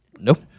Nope